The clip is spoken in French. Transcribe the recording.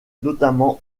notamment